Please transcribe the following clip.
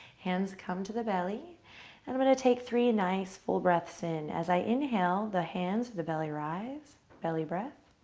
hands come to the belly and then i'm going to take three nice full breaths in. as i inhale, the hands of the belly rise, belly breath.